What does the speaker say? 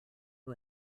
who